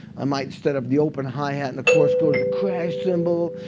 i might, instead of the open high hat in the chorus, go to the crash cymbal.